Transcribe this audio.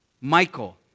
Michael